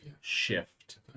shift